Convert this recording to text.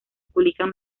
publican